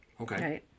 Okay